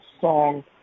song